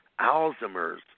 Alzheimer's